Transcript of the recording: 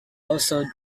also